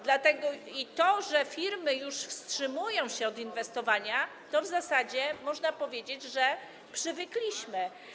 Do tego, że firmy już wstrzymują się od inwestowania, w zasadzie można powiedzieć, że przywykliśmy.